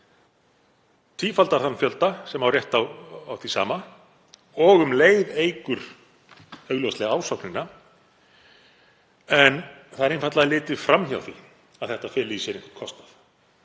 Það tífaldar þann fjölda sem á rétt á því sama og um leið eykur það augljóslega ásóknina. En það er einfaldlega litið fram hjá því að þetta feli í sér einhvern kostnað.